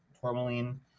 tourmaline